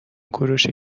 کوروش